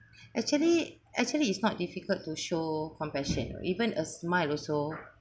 actually actually is not difficult to show compassion or even a smile also